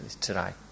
today